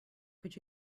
could